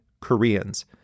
Koreans